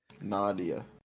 Nadia